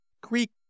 Greek